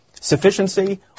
sufficiency